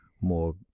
more